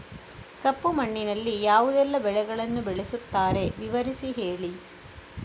ಕಪ್ಪು ಮಣ್ಣಿನಲ್ಲಿ ಯಾವುದೆಲ್ಲ ಬೆಳೆಗಳನ್ನು ಬೆಳೆಸುತ್ತಾರೆ ವಿವರಿಸಿ ಹೇಳಿ